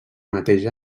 mateix